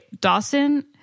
Dawson